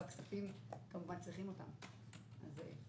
וכמובן צריכים את הכסף הזה.